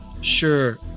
Sure